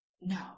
No